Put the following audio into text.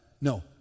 no